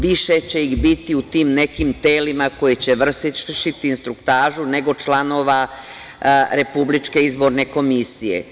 Više će ih biti u tim nekim telima koja će vršiti instruktažu, nego članova Republičke izborne komisije.